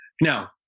Now